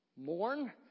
Mourn